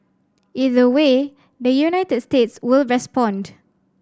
either way the United States will respond